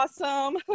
awesome